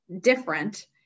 different